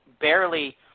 barely